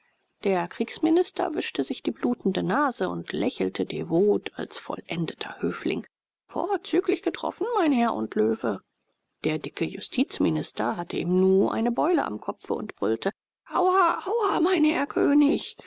der kriegsminister wischte sich die blutende nase und lächelte devot als vollendeter höfling vorzüglich getroffen mein herr und löwe der dicke justizminister hatte im nu eine beule am kopfe und brüllte au au mein herr könig